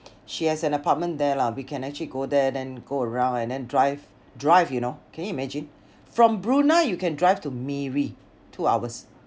she has an apartment there lah we can actually go there then go around and then drive drive you know can you imagine from Brunei you can drive to Miri two hours